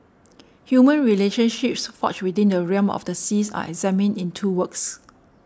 human relationships forged within the realm of the seas are examined in two works